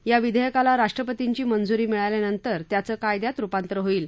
या विधेयकाला राष्ट्रपतींची मंजुरी मिळाल्यानंतर त्याचं कायद्यात रुपांतर होईल